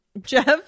jeff